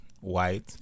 white